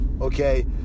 okay